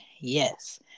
Yes